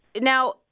now